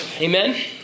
Amen